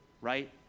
right